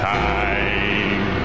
time